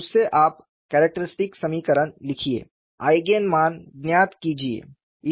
उस से आप कैरेक्टरिस्टिक समीकरण लिखिए आईगेन मान ज्ञात कीजिए